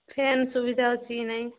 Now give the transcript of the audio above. fan ସୁବିଧା ଅଛି କି ନାଇଁ